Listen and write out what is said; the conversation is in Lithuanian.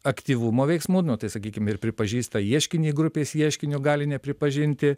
aktyvumo veiksmų tai sakykim ir pripažįsta ieškinį grupės ieškinio gali nepripažinti